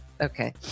okay